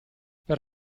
per